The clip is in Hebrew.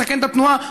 מסכן את התנועה,